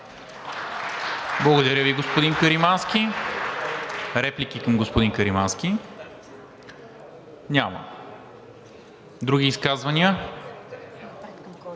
Благодаря Ви, господин Каримански. Реплики към господин Каримански? Няма. Други изказвания?